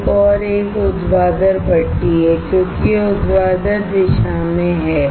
एक और एक ऊर्ध्वाधर भट्ठी है क्योंकि यह ऊर्ध्वाधर दिशा में है